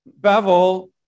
Bevel